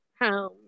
home